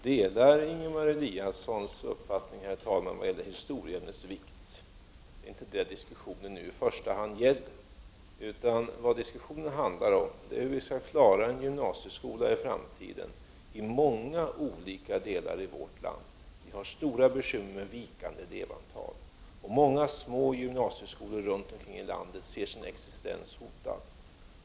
Herr talman! Jag delar Ingemar Eliassons uppfattning vad gäller historieämnets vikt. Det är inte det diskussionen i första hand gäller. Diskussionen handlar om hur vi skall klara en gymnasieskola i framtiden i många olika delar av vårt land. Vi har stora bekymmer med vikande elevantal. Många små gymnasieskolor runt om i landet ser sin existens hotad.